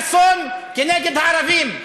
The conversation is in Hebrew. יש אסון כנגד הערבים.